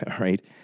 right